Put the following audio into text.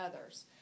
others